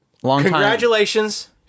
Congratulations